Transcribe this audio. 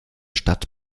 stadt